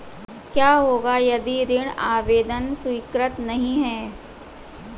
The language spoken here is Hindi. क्या होगा यदि ऋण आवेदन स्वीकृत नहीं है?